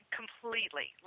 completely